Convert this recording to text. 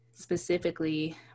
Specifically